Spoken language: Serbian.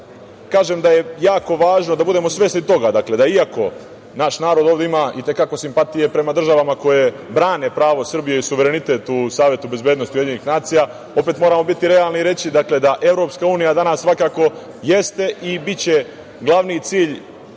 kažem da je jako važno da budemo svesni toga da iako naš narod ovde ima i te kako simpatije prema državama koje brane pravo Srbije i suverenitet u Savetu bezbednosti UN, opet moramo biti realni i reći da EU danas svakako jeste i biće glavni cilj